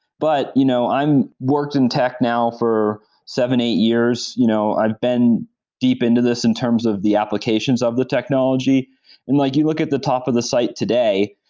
but you know i'm worked in tech now for seven, eight years. you know i've been deep into this in terms of the applications of the technology like you look at the top of the site today,